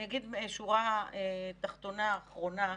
אני אגיד שורה תחתונה אחרונה.